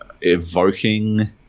evoking